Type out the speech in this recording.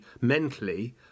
mentally